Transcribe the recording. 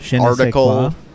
article